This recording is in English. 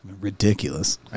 Ridiculous